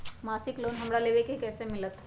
मासिक लोन हमरा लेवे के हई कैसे मिलत?